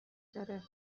داره